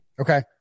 Okay